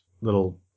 little